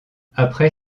après